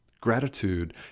Gratitude